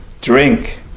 drink